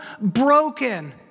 broken